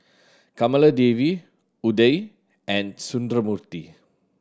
Kamaladevi Udai and Sundramoorthy